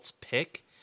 pick